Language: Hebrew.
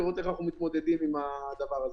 לראות איך אנחנו מתמודדים עם הדבר הזה.